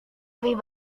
lebih